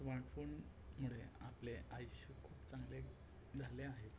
स्मार्टफोनमुळे आपले आयुष्य खूप चांगले झाले आहे